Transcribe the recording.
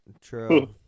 True